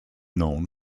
known